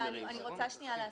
אני רוצה להסביר.